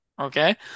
Okay